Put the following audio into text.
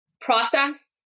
process